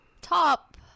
Top